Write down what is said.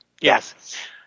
yes